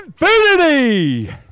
infinity